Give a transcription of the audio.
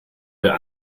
wer